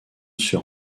sur